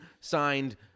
Signed